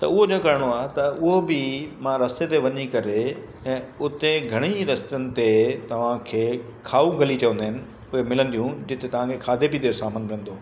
त उहो जो करिणो आहे त उहो बि मां रस्ते ते वञी करे ऐं उते घणेई रस्तनि ते तव्हांखे खाऊं गली चवंदा आहिनि उहे मिलंदियूं जिते तव्हांखे खाधे पीते जो सामान मिलंदो